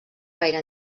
gaire